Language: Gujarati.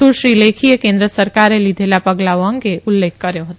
સુશ્રી લેખીએ કેન્દ્ર સરકારે લીધેલાં પગલાંઓ અંગે ઉલ્લેખ કર્યો હતો